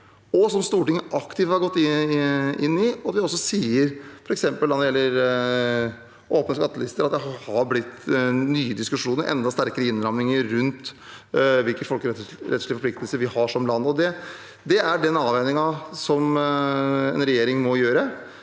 og som Stortinget aktivt har gått inn i. Når det gjelder åpne skattelister, har det blitt nye diskusjoner og enda sterkere innramninger rundt hvilke folkerettslige forpliktelser vi har som land. Det er den avveiningen en regjering må gjøre.